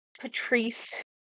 Patrice